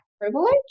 privilege